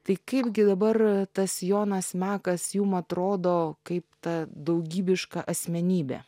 tai kaipgi dabar tas jonas mekas jum atrodo kaip ta daugybiška asmenybė